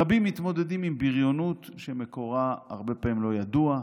רבים מתמודדים עם בריונות שמקורה הרבה פעמים לא ידוע,